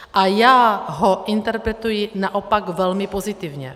A já ho interpretuji naopak velmi pozitivně.